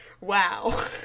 wow